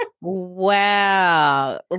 Wow